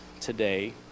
today